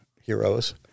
heroes